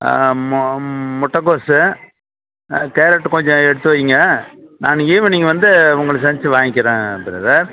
ஆ முட்டைக்கோசு ஆ கேரட்டு கொஞ்சம் எடுத்து வையுங்க நான் ஈவினிங் வந்து உங்களை சந்தித்து வாங்கிக்கிறேன் ப்ரதர்